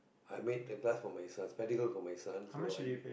I make the glass for my son spectacles for my son so I